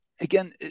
again